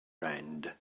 rand